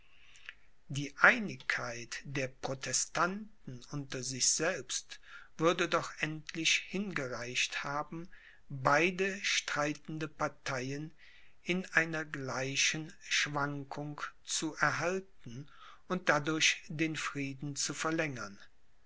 die einigkeit der protestanten unter sich selbst würde doch endlich hingereicht haben beide streitende parteien in einer gleichen schwankung zu erhalten und dadurch den frieden zu verlängern